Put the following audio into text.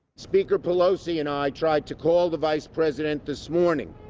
speaker pelosi and i tried to call the vice president this morning